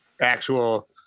actual